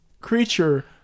creature